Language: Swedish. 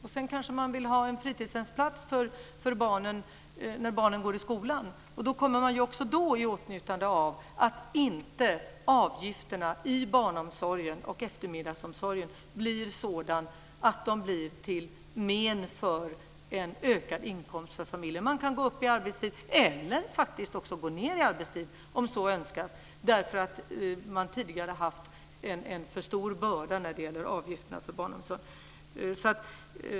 Och sedan kanske man vill ha en fritidshemsplats för barnen när barnen går i skolan. Och då kommer man också i åtnjutande av att avgifterna i banomsorgen och eftermiddagsomsorgen inte blir till men för en ökad inkomst för familjen. Man kan gå upp i arbetstid eller faktiskt också gå ned i arbetstid om så önskas, därför att man tidigare har haft en för stor börda när det gäller avgifterna för barnomsorgen.